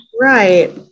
Right